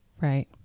Right